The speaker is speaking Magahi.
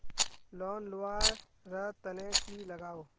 लोन लुवा र तने की लगाव?